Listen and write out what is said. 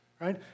right